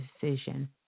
decision